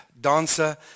dancer